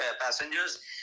passengers